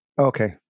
Okay